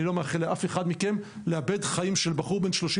אני לא מאחל לאף אחד מכם לאבד חיים של בחור בן 34